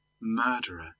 murderer